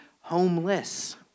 homeless